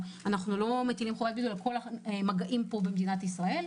אנחנו לא מטילים חובת בידוד על כל המגעים פה במדינת ישראל,